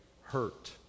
hurt